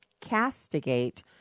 castigate